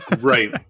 Right